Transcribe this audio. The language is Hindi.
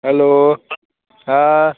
हेलो हाँ